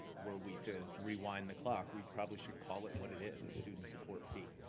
were we to rewind the clock, we probably should call it what it is, a student support fee,